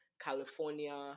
California